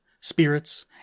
spirits